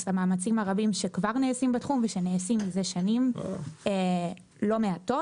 למאמצים הרבים שכבר נעשים בתחום ושנעשים מזה שנים לא מעטות,